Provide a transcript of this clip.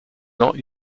not